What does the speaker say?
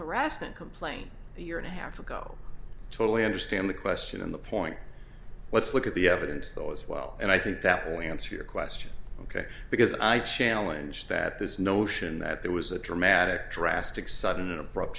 harassment complaint a year and a half ago totally understand the question and the point let's look at the evidence though as well and i think that will answer your question ok because i challenge that this notion that there was a dramatic drastic sudden abrupt